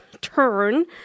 turn